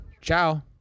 Ciao